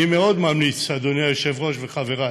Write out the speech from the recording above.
אני מאוד ממליץ, אדוני היושב-ראש וחברי